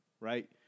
right